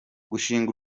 gushinga